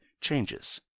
changes